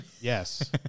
Yes